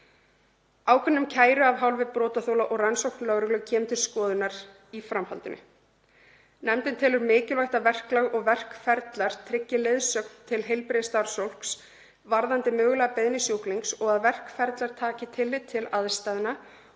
Ákvörðun um kæru af hálfu brotaþola og rannsókn lögreglu kemur til skoðunar í framhaldinu. Nefndin telur mikilvægt að verklag og verkferlar tryggi leiðsögn til heilbrigðisstarfsfólks varðandi mögulega beiðni sjúklings og að verkferlar taki tillit til aðstæðna